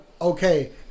okay